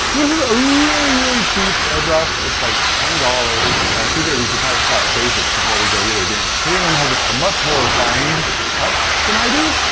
this is a really, really cheap airbrush. it's like twenty dollars, but i figured we should probably start with basics before we go really advanced. katelyn has a much more refined touch than i do.